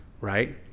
Right